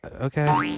Okay